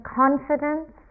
confidence